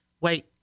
Wait